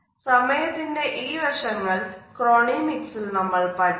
സമയത്തിന്റെ ഈ വശങ്ങൾ ക്രൊനീമിക്സ് ഇൽ നമ്മൾ പഠിക്കും